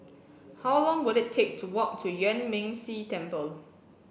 how long will it take to walk to Yuan Ming Si Temple